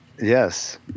Yes